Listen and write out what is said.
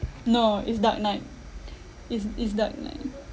no it's dark knight it's it's dark knight